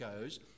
goes